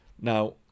Now